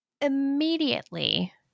immediately